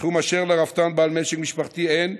סכום אשר לרפתן בעל משק משפחתי אין.